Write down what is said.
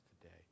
today